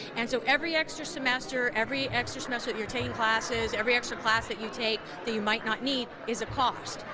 and so every extra semester, every extra semester that you're taking classes, every extra class that you take that you might not need is a cost.